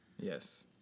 yes